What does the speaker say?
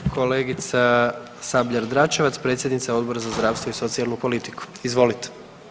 Kolegica Sabljar Dračevac, predsjednica Odbora za zdravstvo i socijalnu politiku, izvolite.